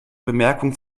bemerkung